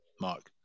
Mark